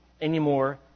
anymore